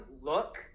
look